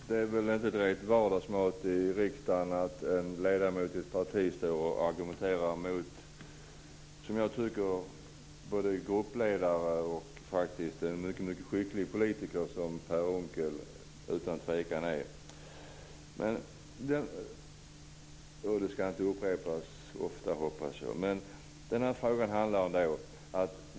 Fru talman! Det är inte direkt vardagsmat i riksdagen att en ledamot i ett parti står och argumenterar mot någon som både är gruppledare och en mycket skicklig politiker, vilket jag utan tvekan tycker att Per Unckel är. Jag hoppas också att det inte ska upprepas ofta.